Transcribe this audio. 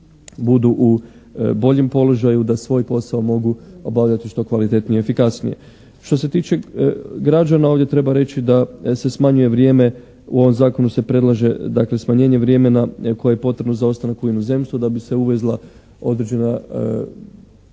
budu u boljem položaju da svoj posao mogu obavljati što kvalitetnije i efikasnije. Što se tiče građana, ovdje treba reći da se smanjuje vrijeme, u ovom zakonu se predlaže dakle smanjenje vremena koje je potrebno za ostanak u inozemstvu da bi se uvezla određena roba